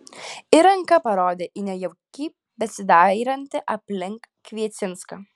ir ranka parodė į nejaukiai besidairantį aplink kviecinską